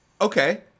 Okay